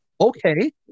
okay